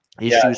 issues